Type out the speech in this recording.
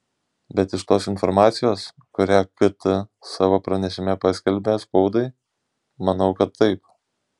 bet iš tos informacijos kurią kt savo pranešime paskelbė spaudai manau kad taip